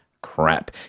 Crap